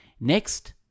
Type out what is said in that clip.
Next